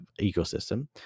ecosystem